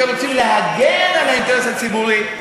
שרוצים להגן על האינטרס הציבורי,